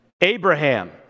Abraham